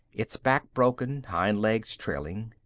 its back broken, hind legs trailing.